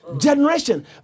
generation